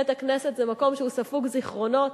בית-הכנסת זה מקום שהוא ספוג זיכרונות,